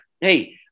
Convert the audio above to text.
Hey